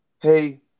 hey